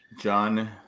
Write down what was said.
John